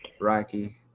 Rocky